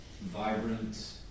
vibrant